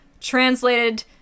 translated